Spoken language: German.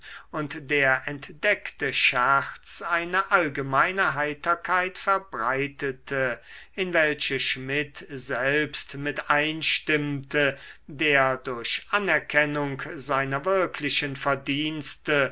und der entdeckte scherz eine allgemeine heiterkeit verbreitete in welche schmid selbst mit einstimmte der durch anerkennung seiner wirklichen verdienste